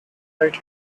right